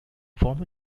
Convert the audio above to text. former